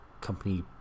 company